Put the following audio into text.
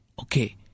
Okay